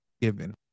given